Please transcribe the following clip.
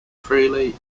freely